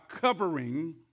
covering